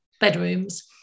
bedrooms